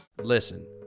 Listen